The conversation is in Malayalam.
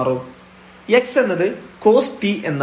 x എന്നത് cos t എന്നാണ്